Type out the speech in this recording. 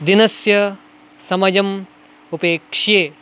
दिनस्य समयम् उपेक्ष्ये